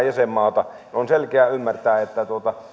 jäsenmaata joten on selkeää ymmärtää että